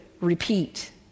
repeat